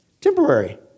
temporary